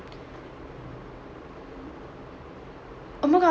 oh my god